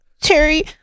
Terry